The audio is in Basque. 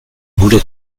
gure